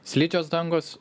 slidžios dangos